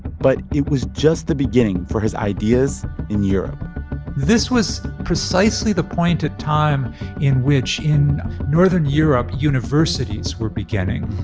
but it was just the beginning for his ideas in europe this was precisely the point in time in which in northern europe universities were beginning.